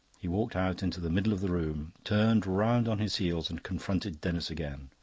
he walked out into the middle of the room, turned round on his heels, and confronted denis again.